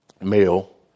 male